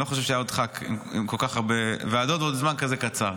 אני לא חושב שהיה עוד ח"כ עם כל כך הרבה ועדות ועוד בזמן כזה קצר.